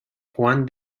juan